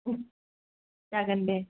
जागोन दे